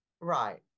right